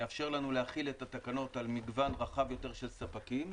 זה יאפשר לנו להחיל את התקנות על מגוון רחב יותר של ספקים.